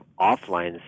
offline